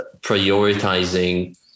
prioritizing